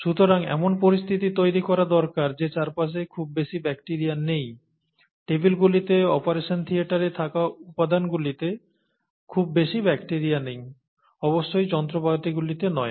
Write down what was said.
সুতরাং এমন পরিস্থিতি তৈরি করা দরকার যে চারপাশে খুব বেশি ব্যাকটিরিয়া নেই টেবিলগুলিতে অপারেশন থিয়েটারে থাকা উপাদানগুলিতে খুব বেশি ব্যাকটিরিয়া নেই অবশ্যই যন্ত্রগুলিতে নয়